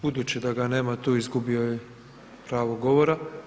Budući da ga nema tu, izgubio je pravo govora.